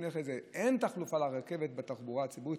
אין תחלופה לרכבת בתחבורה הציבורית.